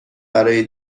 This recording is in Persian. برای